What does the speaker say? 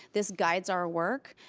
this guides our work,